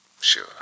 Sure